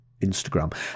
Instagram